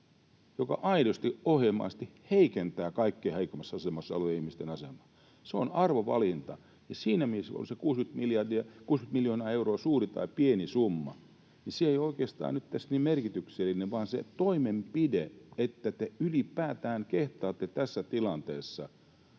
joka aidosti ohjelmallisesti heikentää kaikkein heikoimmassa asemassa olevien ihmisten asemaa. Se on arvovalinta, ja siinä mielessä se, onko se 60 miljoonaa euroa suuri vai pieni summa, ei ole oikeastaan nyt tässä niin merkityksellistä, vaan se toimenpide, että te ylipäätään kehtaatte tässä tilanteessa,